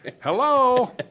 Hello